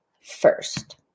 first